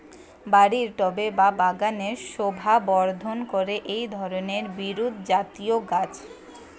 বাড়ির টবে বা বাগানের শোভাবর্ধন করে এই ধরণের বিরুৎজাতীয় গাছ